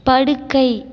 படுக்கை